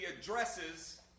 addresses